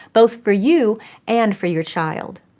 both for you and for your child.